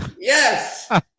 Yes